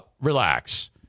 Relax